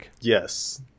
Yes